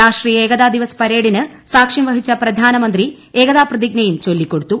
രാഷ്ട്രീയ ഏക്ത ദിവാസ് പരേഡിന് സാക്ഷ്യം വഹിച്ച പ്രധാനമന്ത്രി ഏകതാ പ്രതിജ്ഞയും ചൊല്ലിക്കൊടുത്തു